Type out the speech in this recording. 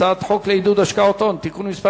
הצעת חוק לעידוד השקעות הון (תיקון מס'